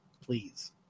Please